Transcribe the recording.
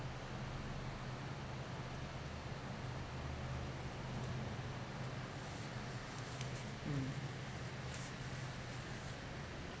mm